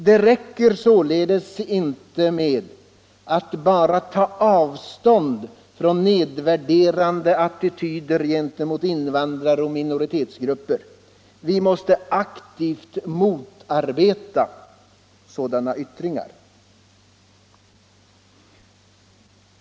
Det räcker således inte med att bara ta avstånd från nedvärderande attityder gentemot invandrare och minoritetsgrupper, utan vi måste också aktivt motarbeta sådana yttringar.